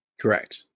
Correct